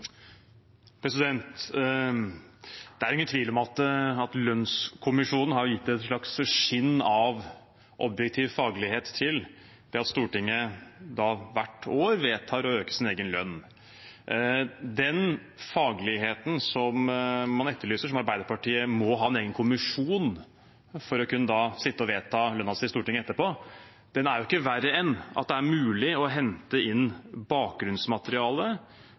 Det er ingen tvil om at lønnskommisjonen har gitt et slags skinn av objektiv faglighet til det at Stortinget hvert år vedtar å øke sin egen lønn. Den fagligheten som man etterlyser, som Arbeiderpartiet må ha en egen kommisjon til for å kunne sitte og vedta lønnen sin i Stortinget etterpå, er ikke verre enn at det er mulig å hente inn